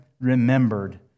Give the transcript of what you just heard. remembered